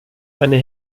eine